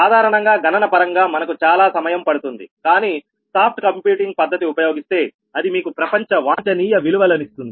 సాధారణంగా గణన పరంగా మనకు చాలా సమయం పడుతుంది కానీ సాఫ్ట్ కంప్యూటింగ్ పద్ధతి ఉపయోగిస్తే అది మీకు ప్రపంచ వాంఛనీయ విలువలునిస్తుంది